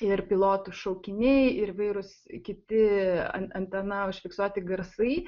ir pilotų šaukiniai ir įvairūs kiti an antena užfiksuoti garsai